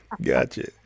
gotcha